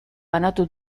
banatu